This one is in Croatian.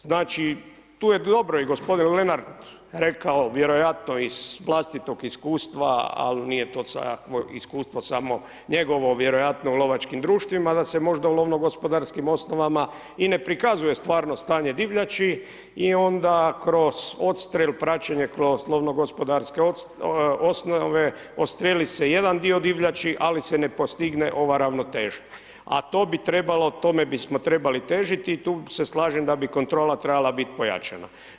Znači tu je, dobro je gospodin Lenard rekao vjerojatno iz vlastitog iskustva ali nije to svakako iskustvo samo njegovo, vjerojatno u lovačkim društvima da se možda u lovno-gospodarskim osnovama i ne prikazuje stvarno stanje divljači i onda kroz odstrel, praćenje kroz lovno-gospodarske osnove odstreli se jedan dio divljači ali se ne postigne ova ravnoteža, a to bi trebalo, tome bismo trebali težiti tu se slažem da bi kontrola trebala biti pojačana.